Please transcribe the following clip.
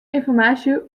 ynformaasje